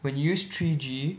when you use three G